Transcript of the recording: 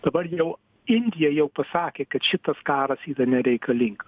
dabar jau indija jau pasakė kad šitas karas yra nereikalinga